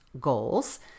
goals